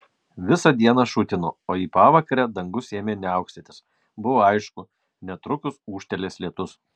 visą dieną šutino o į pavakarę dangus ėmė niaukstytis buvo aišku netrukus ūžtelės lietus